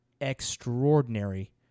extraordinary